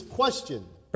question